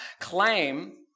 Claim